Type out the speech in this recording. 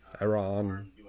Iran